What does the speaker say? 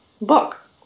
book